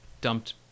dumped